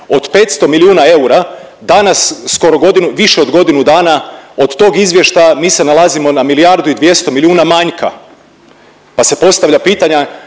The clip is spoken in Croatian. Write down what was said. skoro godinu dana, više od godinu dana od tog izvještaja mi se nalazimo na milijardu i 200 milijuna manjka pa se postavlja pitanje,